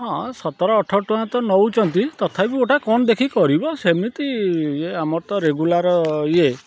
ହଁ ସତର ଅଠର ଟଙ୍କା ତ ନଉଛନ୍ତି ତଥାପି ଗୋଟା କ'ଣ ଦେଖିକି କରିବ ସେମିତି ଇଏ ଆମର ତ ରେଗୁଲାର୍ ଇଏ